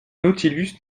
nautilus